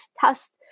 test